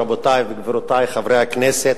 רבותי וגבירותי חברי הכנסת,